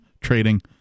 trading